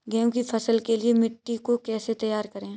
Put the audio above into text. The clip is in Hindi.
गेहूँ की फसल के लिए मिट्टी को कैसे तैयार करें?